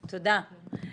תודה.